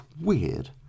weird